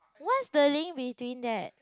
what's the link between that